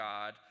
God